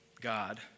God